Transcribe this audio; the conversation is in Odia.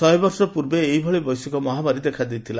ଶହେବର୍ଷ ପୂର୍ବେ ଏହିଭଳି ବୈଶ୍ୱିକ ମହାମାରୀ ଦେଖାଦେଇଥିଲା